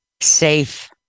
safe